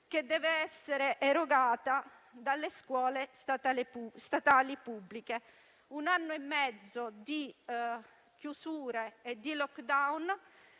che deve essere erogata dalle scuole statali pubbliche. Un anno e mezzo di chiusure e di *lockdown*